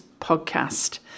podcast